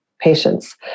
patients